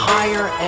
higher